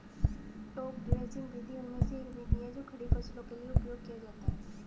top dressing विधि उनमें से एक विधि है जो खड़ी फसलों के लिए उपयोग किया जाता है